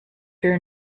fear